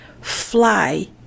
fly